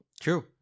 True